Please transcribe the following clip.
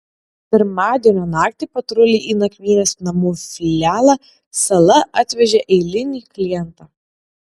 pirmadienio naktį patruliai į nakvynės namų filialą sala atvežė eilinį klientą